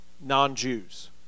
non-Jews